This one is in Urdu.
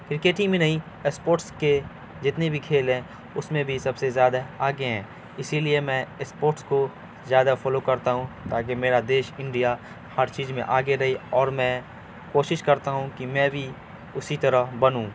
کرکٹ ہی میں نہیں اسپورٹس کے جتنے بھی کھیل ہیں اس میں بھی سب سے زیادہ آگے ہیں اسی لیے میں اسپورٹس کو زیادہ فالو کرتا ہوں تاکہ میرا دیش انڈیا ہر چیز میں آگے رہے اور میں کوشش کرتا ہوں کہ میں بھی اسی طرح بنوں